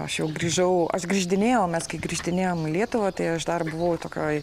aš jau grįžau aš grįždinėjau mes kai grįždinėjom į lietuvą tai aš dar buvau tokioj